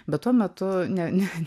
bet tuo metu ne ne